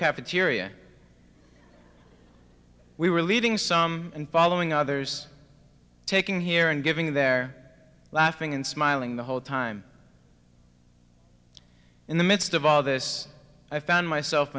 cafeteria we were leading some and following others taking here and giving there laughing and smiling the whole time in the midst of all this i found myself